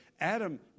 Adam